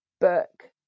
book